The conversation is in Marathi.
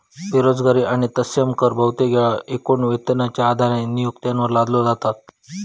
बेरोजगारी आणि तत्सम कर बहुतेक येळा एकूण वेतनाच्यो आधारे नियोक्त्यांवर लादले जातत